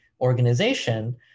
organization